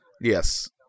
Yes